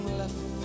left